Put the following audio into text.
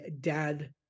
dad